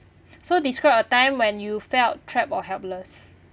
so describe a time when you felt trap or helpless